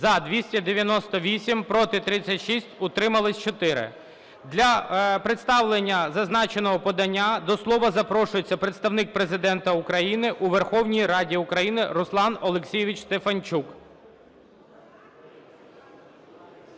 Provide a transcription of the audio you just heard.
За-298 Проти – 36, утрималось – 4. Для представлення зазначеного подання до слова запрошується Представник Президента України у Верховній Раді України Руслан Олексійович Стефанчук.